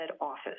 office